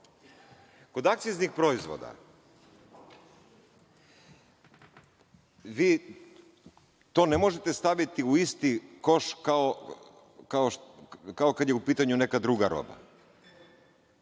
itd. Kod akciznih proizvoda vi to ne možete staviti u isti koš kao kada je u pitanju neka druga roba.